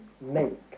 make